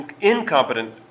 Incompetent